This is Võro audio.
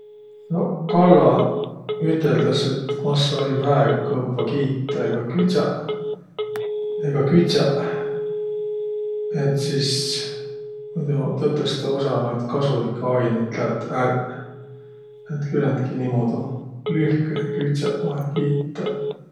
Noq, kalla üteldäs, et massa-ai väega kõvva kiitäq egaq kütsäq, et sis muido tõtõstõ osa noid kasulikkõ ainit lätt ärq. Et küländki nii lühkühe kütsäq vai kiitäq.